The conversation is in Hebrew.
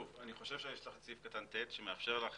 אני חושב שיש לך את סעיף קטן (ט) שמאפשר לך